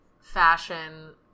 fashion